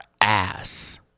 ass